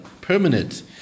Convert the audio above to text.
permanent